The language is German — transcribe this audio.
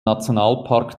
nationalpark